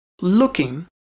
looking